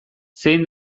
zein